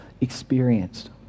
experienced